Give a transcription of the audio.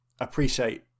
appreciate